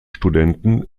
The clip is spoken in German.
studenten